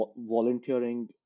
volunteering